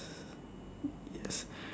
yes